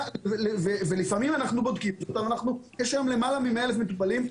יש היום למעלה מ-100,000 מטופלים,